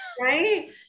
Right